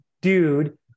dude